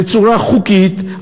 בצורה חוקית,